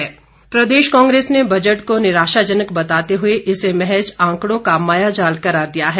प्रतिक्रिया कांग्रेस प्रदेश कांग्रेस ने बजट को निराशाजनक बताते हुए इसे महज आंकड़ों का मायाजाल करार दिया है